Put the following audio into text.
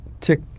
tick